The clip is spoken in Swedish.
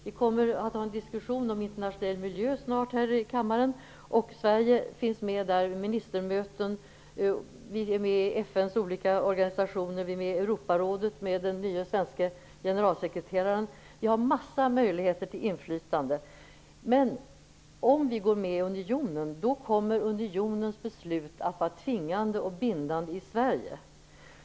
Vi kommer snart att ha en diskussion här i kammaren om internationell miljö. Sverige finns med vid ministermöten och i FN:s olika organisationer. Vidare är vi med i Europarådet med den nye svenske generalsekreteraren. Vi har en massa möjligheter till inflytande. Men om vi går med i unionen kommer dess beslut att vara tvingande och bindande i Sverige.